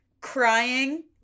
crying